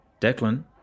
Declan